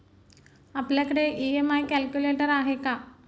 आपल्याकडे EMI calculator आहे का?